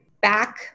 back